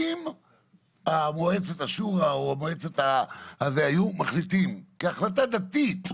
אם מועצת השורה היו מחליטים כהחלטה דתית,